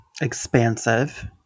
expansive